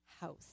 house